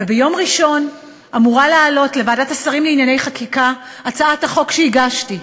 וביום ראשון אמורה לעלות לוועדת השרים לענייני חקיקה הצעת החוק שהגשתי,